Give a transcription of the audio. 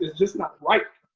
just not right.